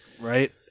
Right